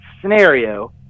scenario